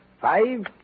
five